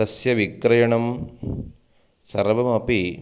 तस्य विक्रयणं सर्वमपि